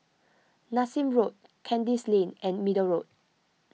Nassim Road Kandis Lane and Middle Road